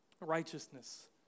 righteousness